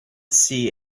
see